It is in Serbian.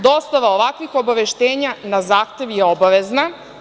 Dostava ovakvih obaveštenja na zahtev je obavezna.